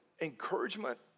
encouragement